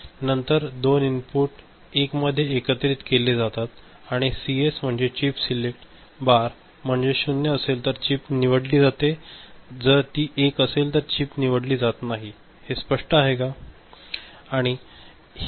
तर नंतर 2 इनपुट 1 मध्ये एकत्रित केले जातात आणि सीएस म्हणजे चिप सिलेक्ट बार म्हणजे 0 असेल तर ही चिप निवडली जाते आणि जर ती 1 असेल तर ही चिप निवडली जात नाही हे स्पष्ट आहे का